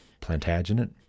Plantagenet